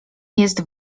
jest